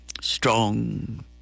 strong